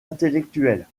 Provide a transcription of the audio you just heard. intellectuelle